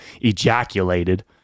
ejaculated